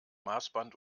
maßband